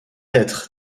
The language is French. être